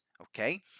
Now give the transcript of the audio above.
okay